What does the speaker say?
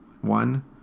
one